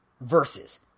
versus